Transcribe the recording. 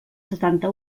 setanta